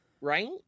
right